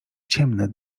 ciemne